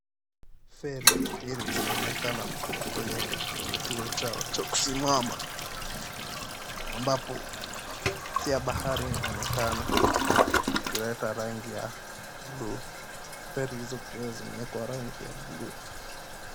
Feri mbili zinaonekana kuwa kwenye kituo chao cha kusimama, ambapo pia bahari inaonekana ikileta rangi ya buluu. Feri hizo pia zimewekwa rangi ya buluu.